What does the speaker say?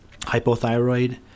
hypothyroid